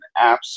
apps